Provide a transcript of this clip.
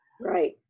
Right